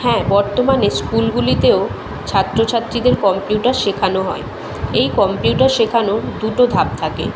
হ্যাঁ বর্তমানে স্কুলগুলিতেও ছাত্র ছাত্রীদের কম্পিউটার শেখানো হয় এই কম্পিউটার শেখানো দুটো ধাপ থাকে